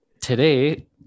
today